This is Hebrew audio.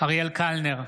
אריאל קלנר,